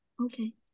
Okay